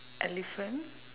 elephant